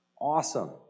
Awesome